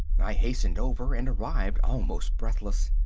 i hastened over, and arrived almost breathless.